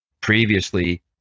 previously